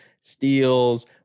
steals